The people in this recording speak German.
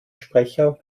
sprecher